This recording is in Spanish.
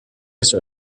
eso